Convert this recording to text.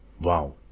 wow